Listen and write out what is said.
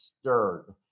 stirred